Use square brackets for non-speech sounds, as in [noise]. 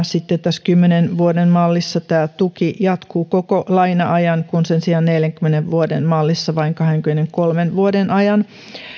[unintelligible] sitten tässä kymmenen vuoden mallissa tämä tuki jatkuu koko laina ajan kun sen sijaan neljänkymmenen vuoden mallissa vain kahdenkymmenenkolmen vuoden ajan